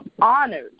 honored